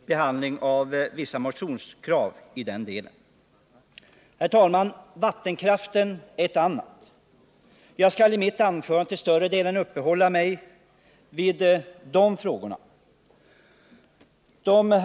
och behandlingen av vissa motionskrav i den delen. Vattenkraftsutbyggnaden är ett annat kontroversiellt område. Jag skall i mitt anförande till större delen uppehålla mig vid dessa båda frågor.